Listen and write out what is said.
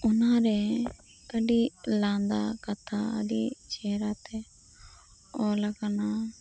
ᱚᱱᱟᱨᱮ ᱟᱹᱰᱤ ᱞᱟᱸᱫᱟ ᱠᱟᱛᱷᱟ ᱟᱹᱰᱤ ᱪᱮᱦᱨᱟ ᱛᱮ ᱚᱞ ᱟᱠᱟᱱᱟ